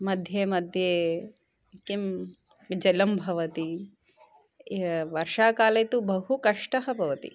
मध्ये मध्ये किं जलं भवति या वर्षाकाले तु बहु कष्टं भवति